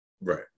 Right